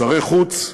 שרי חוץ,